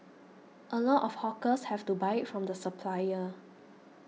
a lot of hawkers have to buy it from the supplier